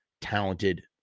talented